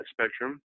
spectrum